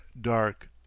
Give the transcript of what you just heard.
dark